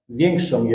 większą